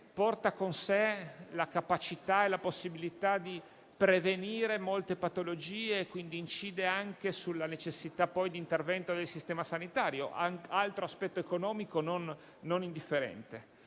porta con sé la capacità e la possibilità di prevenire molte patologie, incidendo anche sulla necessità di intervento del Sistema sanitario, altro aspetto economico non indifferente.